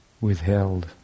withheld